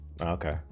okay